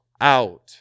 out